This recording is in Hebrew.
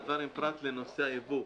פרט לנושא הייבוא,